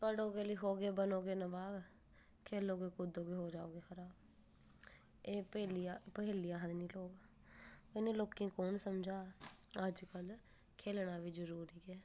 पढ़ो गे लिखो गे बनो गे नवाब खेलो गे कूदो गे हो जाओ गे खराब एह् पहेली आखदे न लोग इनें लोकें गी कु'न समझा अज्ज कल खे'ल्लना बी जरूरी ऐ